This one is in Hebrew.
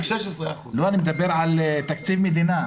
אני מדבר על תקציב מדינה.